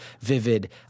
vivid